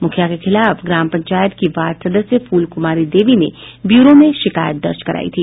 मुखिया के खिलाफ ग्राम पंचायत की वार्ड सदस्य फूल कुमारी देवी ने ब्यूरो में शिकायत दर्ज करायी थी